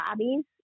lobbies